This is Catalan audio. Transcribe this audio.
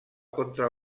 contra